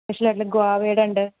special ആയിട്ടുള്ള ഗുവാവേടെയുണ്ട്